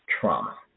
trauma